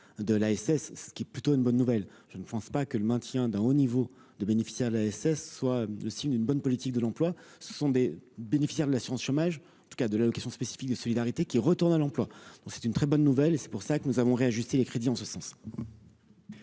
de l'ASS, ce qui est plutôt une bonne nouvelle, je ne pense pas que le maintien d'un haut niveau de bénéficiaires de l'ASS soit aussi d'une bonne politique de l'emploi, ce sont des bénéficiaires de l'assurance chômage, en tout cas de l'allocation spécifique de solidarité qu'retourne à l'emploi, donc c'est une très bonne nouvelle et c'est pour ça que nous avons réajusté les crédits en ce sens.